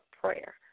prayer